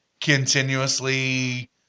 continuously